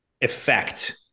effect